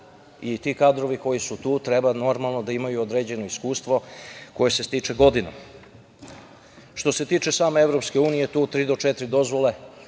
i ti kadrovi koji su tu treba normalno da imaju određeno iskustvo koje se stiče godinama. Što se tiče same Evropske unije tu tri do četiri dozvole,